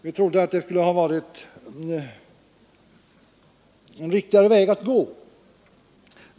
Vi tror att det skulle ha varit en riktigare väg att gå.